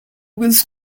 was